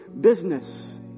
business